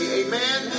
amen